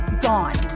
gone